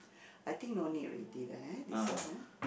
I think no need already leh this one ah